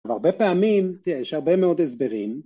‫והרבה פעמים, תראה, ‫יש הרבה מאוד הסברים.